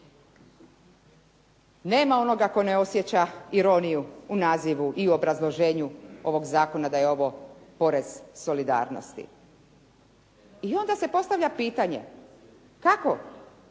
Nema onoga tko ne osjeća ironiju u nazivu i u obrazloženju ovog zakona da je ovo porez solidarnosti. I onda se postavlja pitanje kako